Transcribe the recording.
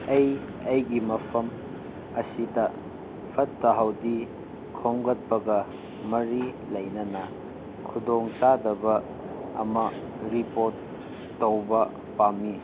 ꯑꯩ ꯑꯩꯒꯤ ꯃꯐꯝ ꯑꯁꯤꯗ ꯐꯠꯇ ꯍꯥꯎꯗꯤ ꯈꯣꯝꯒꯠꯄꯒ ꯃꯔꯤ ꯂꯩꯅꯅ ꯈꯤꯗꯣꯡ ꯆꯥꯗꯕ ꯑꯃ ꯔꯤꯄꯣꯔꯠ ꯇꯧꯕ ꯄꯥꯝꯃꯤ